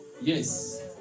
Yes